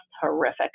horrific